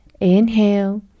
inhale